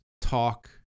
talk